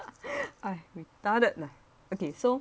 I retarded lah okay so